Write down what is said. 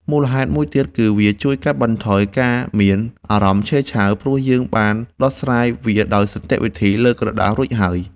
មូលហេតុមួយទៀតគឺវាជួយកាត់បន្ថយការមានអារម្មណ៍ឆេវឆាវ ព្រោះយើងបានដោះស្រាយវាដោយសន្តិវិធីលើក្រដាសរួចហើយ។